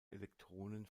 elektronen